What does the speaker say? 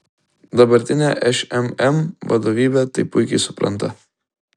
dabartinė šmm vadovybė tai puikiai supranta